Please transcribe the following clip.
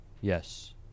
yes